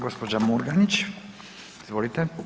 Gospođa Murganić, izvolite.